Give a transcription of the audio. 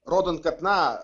rodant kad na